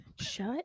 Shut